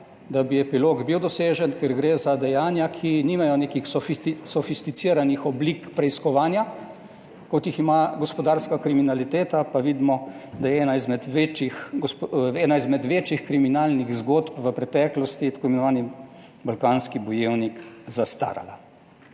da bi epilog bil dosežen, ker gre za dejanja, ki nimajo nekih sofisticiranih oblik preiskovanja, kot jih ima gospodarska kriminaliteta, pa vidimo, da je ena izmed večjih, ena izmed večjih kriminalnih zgodb v preteklosti, t. i. balkanski bojevnik zastarala,